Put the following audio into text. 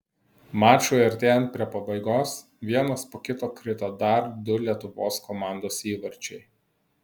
mačui artėjant prie pabaigos vienas po kito krito dar du lietuvos komandos įvarčiai